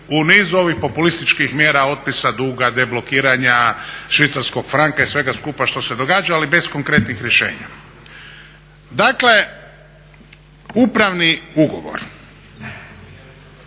nizu ovih populističkih mjera otpisa duga, deblokiranja švicarskog franka i svega skupa što se događa ali bez konkretnih rješenja. Dakle, upravni ugovor